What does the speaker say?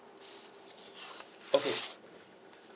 okay